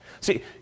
See